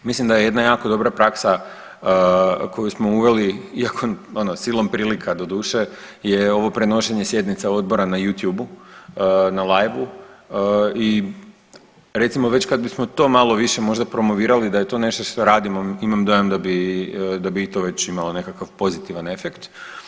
Mislim da je jedna jako dobra praksa koju smo uveli iako ono silom prilika doduše je ovo prenošenje sjednica odbora na Youtube na live-u i recimo već kad bismo to malo više možda promovirali da je to nešto što radimo imam dojam da bi i to već imalo nekakav pozitivan efekt.